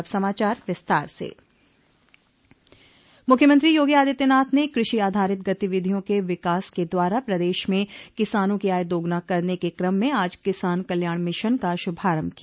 अब समाचार विस्तार से मुख्यमंत्री योगी आदित्यनाथ ने कृषि आधारित गतिविधियों के विकास के द्वारा प्रदेश में किसानों की आय दोगुना करने के क्रम में आज किसान कल्याण मिशन का श्भारम्भ किया